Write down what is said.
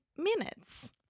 Minutes